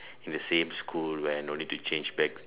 in the same school where I don't need to change back